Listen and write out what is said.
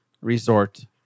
resort